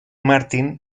martin